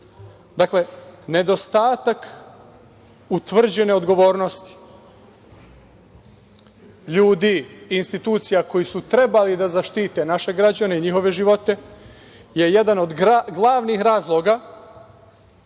virusu. Dakle, nedostatak utvrđene odgovornosti ljudi i institucija koji su trebali da zaštite naše građane i njihove živote je jedan od glavnih razloga